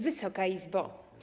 Wysoka Izbo!